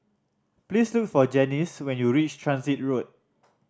please look for Janis when you reach Transit Road